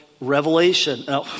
revelation